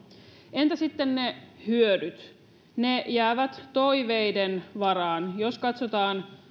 entä sitten ne hyödyt ne jäävät toiveiden varaan jos katsotaan